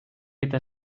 eta